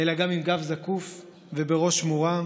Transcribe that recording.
אלא גם עם גב זקוף ובראש מורם,